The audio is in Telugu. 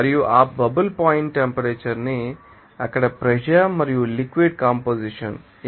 మరియు ఆ బబుల్ పాయింట్ టెంపరేచర్ ని అక్కడ ప్రెషర్ మరియు లిక్విడ్ కంపొజిషన్ ఏమిటి